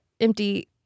empty